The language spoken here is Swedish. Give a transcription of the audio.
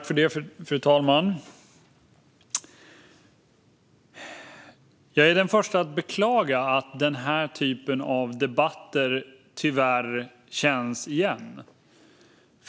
Fru talman! Jag är den förste att beklaga att denna typ av debatter kommer igen.